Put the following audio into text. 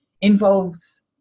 involves